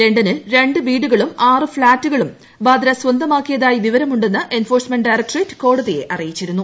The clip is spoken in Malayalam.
ലണ്ടനിൽ രണ്ട് വീടുകളും ആറ് ഫ്ളാറ്റുകളും വാദ്ര സ്വന്തമാക്കിയതായി വിവരമുണ്ടെന്ന് എൻഫോഴ്സ്മെന്റ് ഡയറക്ടറേറ്റ് കോടതിയെ അറിയിച്ചിരുന്നു